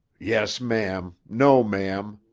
yes, ma'am. no, ma'am,